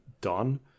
done